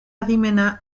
adimena